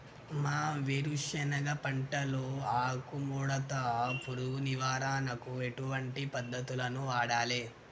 మా వేరుశెనగ పంటలో ఆకుముడత పురుగు నివారణకు ఎటువంటి పద్దతులను వాడాలే?